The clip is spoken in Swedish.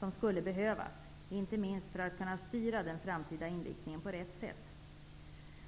De skulle behövas, inte minst för att man skall kunna styra den framtida inriktningen på rätt sätt.